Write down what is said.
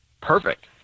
Perfect